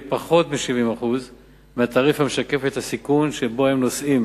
פחות מ-70% מהתעריף המשקף את הסיכון שבו הם נושאים.